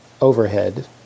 overhead